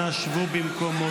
אנא שבו במקומותיכם.